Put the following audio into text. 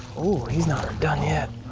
oh, he's not done yet.